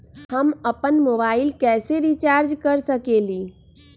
हम अपन मोबाइल कैसे रिचार्ज कर सकेली?